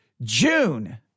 June